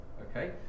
okay